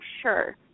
sure